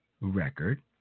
record